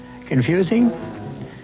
Confusing